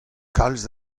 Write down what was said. kalz